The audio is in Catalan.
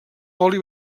oli